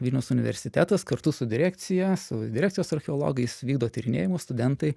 vilniaus universitetas kartu su direkcija su direkcijos archeologais vykdo tyrinėjimus studentai